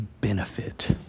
benefit